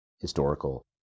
historical